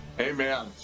amen